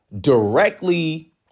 directly